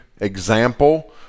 example